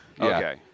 Okay